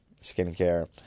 skincare